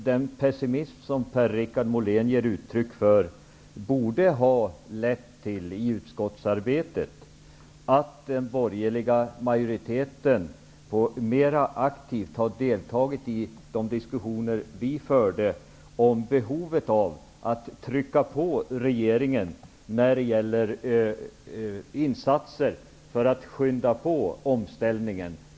Den pessism som Per-Richard Molén ger uttryck för borde i utskottsarbetet ha lett till att den borgerliga majoriteten mera aktivt skulle ha deltagit i de diskussioner vi förde om behovet av att trycka på regeringen när det gäller insatser för att skynda på omställningen.